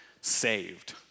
saved